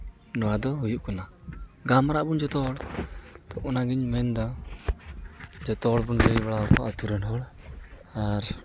ᱱᱚᱣᱟ ᱫᱚ ᱦᱩᱭᱩᱜ ᱠᱟᱱᱟ ᱜᱟᱞᱢᱟᱨᱟᱜ ᱟᱵᱚᱱ ᱡᱚᱛᱚ ᱦᱚᱲ ᱛᱚ ᱚᱱᱟᱜᱤᱧ ᱢᱮᱱ ᱮᱫᱟ ᱡᱚᱛᱚᱦᱚᱲ ᱵᱚᱱ ᱞᱟᱹᱭ ᱵᱟᱲᱟᱣ ᱠᱚᱣᱟ ᱟᱛᱳ ᱨᱮᱱ ᱦᱚᱲ ᱟᱨ